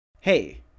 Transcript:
Hey